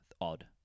odd